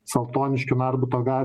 saltoniškių narbuto ga